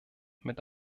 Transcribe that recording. mit